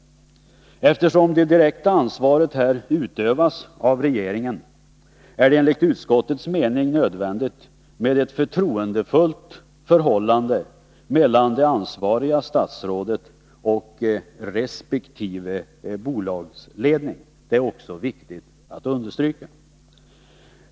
Eftersom det direkta ansvaret här utövas av regeringen är det enligt utskottets mening nödvändigt med ett förtroendefullt förhållande mellan det ansvariga statsrådet och resp. bolagsledning. Det är också viktigt att understryka.